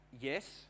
yes